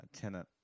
tenant